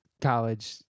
college